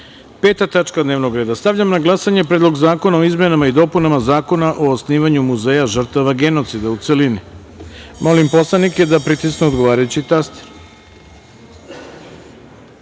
tačka dnevnog reda. Stavljam na glasanje Predlog zakona o izmenama i dopunama Zakona o osnivanju Muzeja žrtava genocida, u celini. Molim narodne poslanike da pritisnu odgovarajući